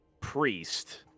priest